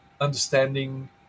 understanding